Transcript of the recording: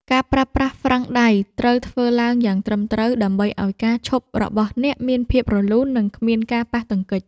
ការប្រើប្រាស់ហ្វ្រាំងដៃត្រូវធ្វើឡើងយ៉ាងត្រឹមត្រូវ ដើម្បីឱ្យការឈប់របស់អ្នកមានភាពរលូន និងគ្មានការប៉ះទង្គិច។